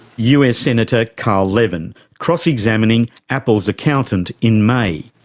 us senator carl levin cross-examining apple's accountant in may.